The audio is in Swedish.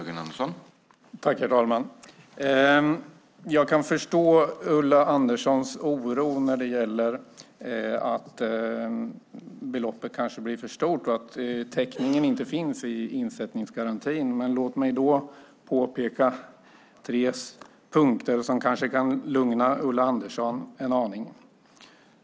Herr talman! Jag kan förstå Ulla Anderssons oro kring att beloppet kanske blir för stort och att täckning inte finns i insättningsgarantin. Men låt mig peka på tre saker som kanske kan lugna Ulla Andersson en aning.